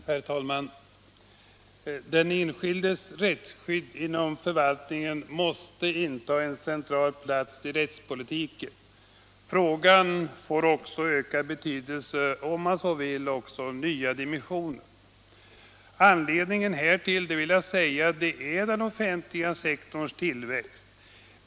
Herr talman! Den enskildes rättsskydd inom förvaltningen måste inta en central plats i rättspolitiken. Frågan får också ökad betydelse och, om man så vill, nya dimensioner. Anledningen härtill är den offentliga sektorns tillväxt.